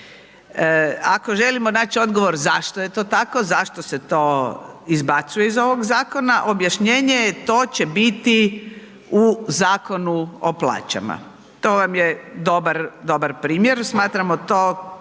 Ako želimo naći odgovor zašto je to tako, zašto se to izbacuje iz ovog zakona? Objašnjenje je to će biti u Zakonu o plaćama. To vam je dobar, dobar primjer, smatramo to